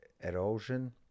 erosion